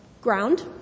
Ground